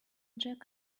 jack